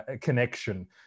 connection